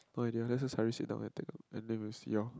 no I didn't this is salary sheet oh I take and they will see your